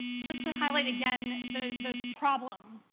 just to highlight, again, the the problem,